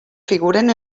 figuren